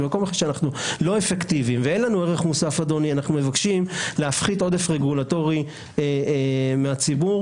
אנחנו מבקשים להפחית עודף רגולטורי מהציבור